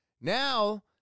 now